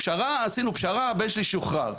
עשינו פשרה, הבן שלי שוחרר.